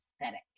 aesthetic